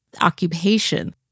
occupation